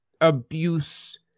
abuse